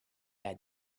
had